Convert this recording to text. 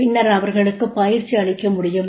பின்னர் அவர்களுக்கு பயிற்சி அளிக்க முடியும்